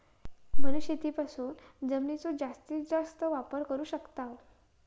वनशेतीपासून जमिनीचो जास्तीस जास्त वापर करू शकताव